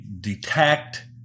detect